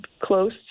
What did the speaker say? close